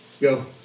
Go